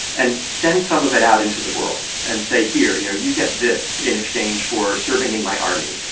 and send some of it out into the world and say, here, you know, you get this in exchange for serving in my army,